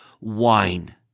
wine